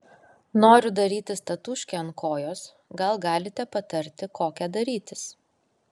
noriu darytis tatūškę ant kojos gal galite patarti kokią darytis